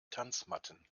tanzmatten